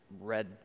red